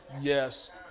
Yes